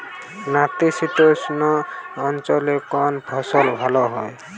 নাতিশীতোষ্ণ অঞ্চলে কোন ফসল ভালো হয়?